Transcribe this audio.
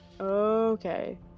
Okay